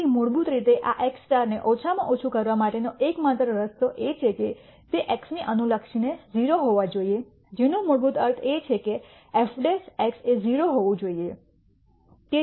તેથી મૂળભૂત રીતે આ x ને ઓછામાં ઓછું કરવા માટેનો એકમાત્ર રસ્તો એ છે કે તે x ની અનુલક્ષીને 0 હોવા જોઈએ જેનો મૂળભૂત અર્થ એ છે કે f એ 0 હોવું જોઈએ